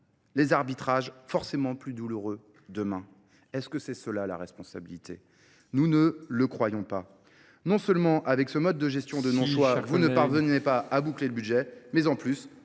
les arbitrages forcément plus douloureux demain. Est-ce que c'est cela la responsabilité ? Nous ne le croyons pas. Non seulement avec ce mode de gestion de non-choix, vous ne parvenez pas à boucler le budget, mais en plus,